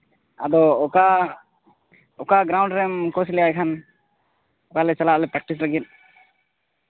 ᱟᱫᱚ ᱚᱠᱟ ᱚᱠᱟ ᱜᱨᱟᱣᱩᱱᱰ ᱨᱮᱢ ᱠᱳᱪ ᱞᱮᱭᱟ ᱮᱱᱠᱷᱟᱱ ᱟᱞᱮ ᱪᱟᱞᱟᱜ ᱟᱞᱮ ᱯᱨᱮᱠᱴᱤᱥ ᱞᱟᱹᱜᱤᱫ